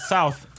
South